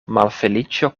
malfeliĉo